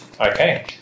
Okay